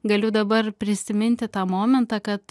galiu dabar prisiminti tą momentą kad